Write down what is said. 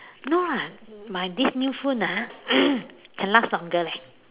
no lah my this new phone ah can last longer leh